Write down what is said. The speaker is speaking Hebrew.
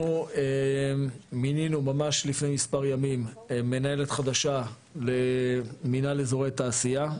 אנחנו מינינו ממש לפני מס' ימים מנהלת חדשה למנהל אזורי תעשייה,